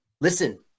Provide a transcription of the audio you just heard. Listen